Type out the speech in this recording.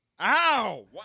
Ow